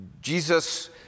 Jesus